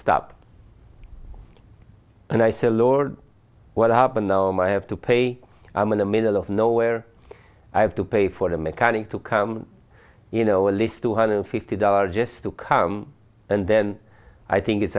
stop and i still lord what happened am i have to pay i'm in the middle of nowhere i have to pay for the mechanic to come in a list two hundred fifty dollars just to come and then i think it's